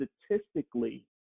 statistically